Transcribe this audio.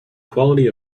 quality